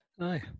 Aye